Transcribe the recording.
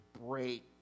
break